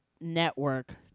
network